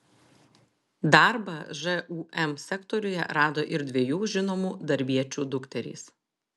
darbą žūm sektoriuje rado ir dviejų žinomų darbiečių dukterys